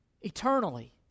eternally